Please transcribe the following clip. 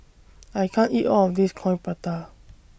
I can't eat All of This Coin Prata